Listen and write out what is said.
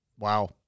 Wow